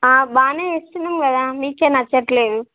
బాగా చేస్తున్నాం కదా మీకు నచ్చట్లేదు